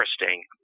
interesting